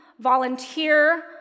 volunteer